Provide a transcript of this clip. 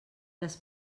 les